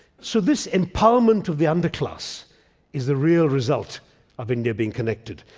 so this empowerment of the underclass is the real result of india being connected.